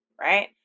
right